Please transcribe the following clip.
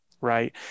Right